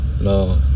No